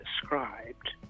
described